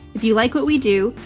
if you like what we do,